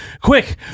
quick